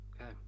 Okay